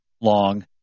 long